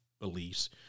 beliefs